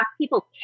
people